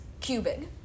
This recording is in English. cubing